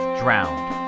drowned